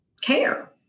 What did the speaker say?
care